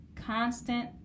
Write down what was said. constant